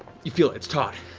you feel it's taut,